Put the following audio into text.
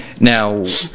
Now